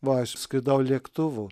va aš skridau lėktuvu